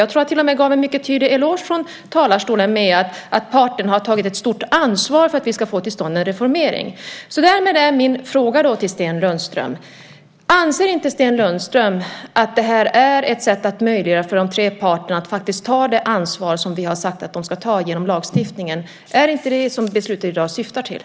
Jag tror att jag till och med gav en mycket tydlig eloge från talarstolen genom att säga att parterna har tagit ett stort ansvar för att vi ska få till stånd en reformering. Därmed vill jag fråga Sten Lundström: Anser inte Sten Lundström att det här är ett sätt att möjliggöra för de tre parterna att faktiskt ta det ansvar som vi genom lagstiftningen har sagt att de ska ta? Är det inte det som beslutet i dag syftar till?